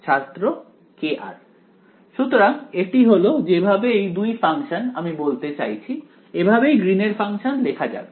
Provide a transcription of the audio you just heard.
ছাত্র kr সুতরাং এটি হলো যেভাবে এই দুই ফাংশন আমি বলতে চাইছি এভাবেই গ্রীন এর ফাংশন লেখা যাবে